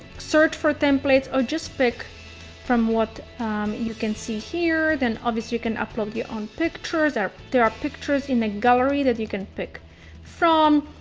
search for templates or just pick from what you can see here. then obviously you can upload your own pictures. there are pictures in the gallery that you can pick from.